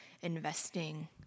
investing